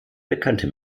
bekannte